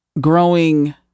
growing